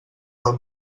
del